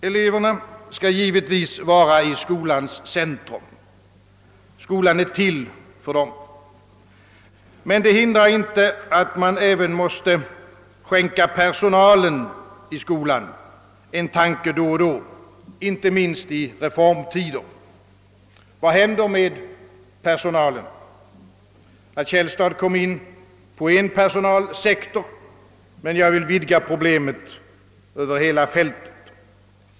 Eleverna skall givetvis vara i skolans centrum — skolan är till för dem —, men det hindrar inte att man även måste skänka personalen i skolan en tanke då och då, inte minst i reformtider. Vad händer med personalen? Herr Källstad berörde en personalsektor, men jag vill vidga problemet över hela fältet.